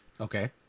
Okay